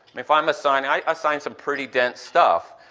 if i um assign i assign some pretty dense stuff,